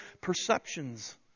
perceptions